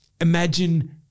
imagine